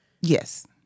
Yes